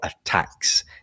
attacks